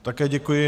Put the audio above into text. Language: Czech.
Také děkuji.